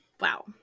wow